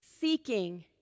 seeking